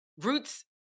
roots